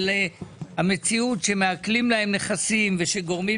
אבל המציאות שמעקלים להם נכסים ושגורמים